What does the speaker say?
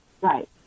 right